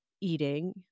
eating